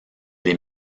les